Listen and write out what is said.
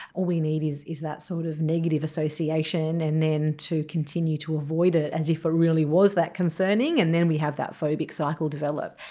we need is is that sort of negative association and then to continue to avoid it as if it really was that concerning, and then we have that phobic cycle develop.